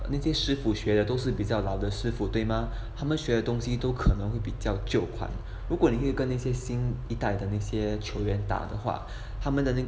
那些师傅学的都是比较老的师傅对吗他们学的东西都可能会比较旧款如果你会跟那些新一代的那些球员打的话他们的那个